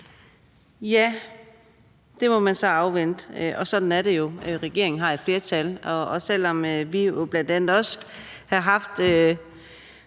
Det må man så afvente, og sådan er det jo, for regeringen har et flertal, og selv om vi jo bl.a. også er kommet